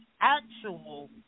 actual